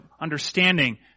understanding